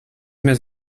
més